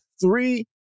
three